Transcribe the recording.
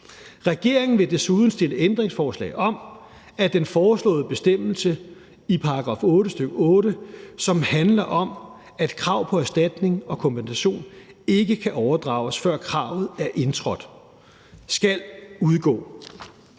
Regeringen vil desuden stille ændringsforslag om, at den foreslåede bestemmelse i § 8, stk. 8, som handler om, at krav på erstatning og kompensation ikke kan overdrages, før kravet er indtrådt, skal udgå.